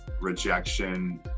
rejection